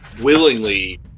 willingly